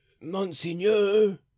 monseigneur